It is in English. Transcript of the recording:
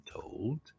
told